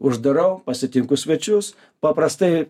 uždarau pasitinku svečius paprastai